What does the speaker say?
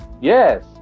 Yes